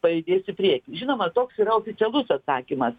pajudės į priekį žinoma toks yra oficialus atsakymas